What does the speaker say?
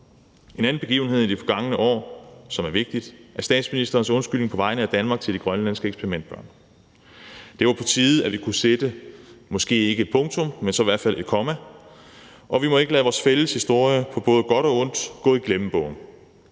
En anden begivenhed i det forgangne år, som er vigtig, er statsministerens undskyldning på vegne af Danmark til de grønlandske eksperimentbørn. Det var på tide, at vi kunne sætte måske ikke et punktum, men så i hvert fald et komma, og vi må ikke lade vores fælles historie på både godt og ondt gå i glemmebogen.